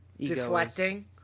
deflecting